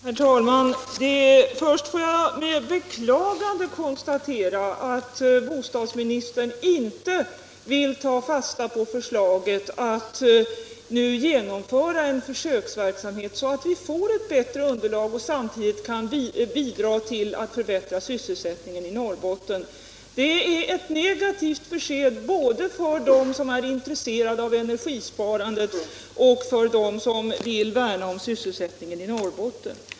Herr talman! För det första får jag med beklagande konstatera att bo Torsdagen den stadsministern inte vill ta fasta på förslaget att nu genomföra en för 28 april 1977 söksverksamhet så att vi får ett bättre underlag och samtidigt kan bidra — till att förbättra sysselsättningen i Norrbotten. Det är ett negativt besked Meddelande om både för dem som är intresserade av energisparande och för dem som = interpellationssvar vill värna om sysselsättningen i Norrbotten.